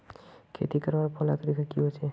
खेती करवार पहला तरीका की होचए?